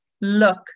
look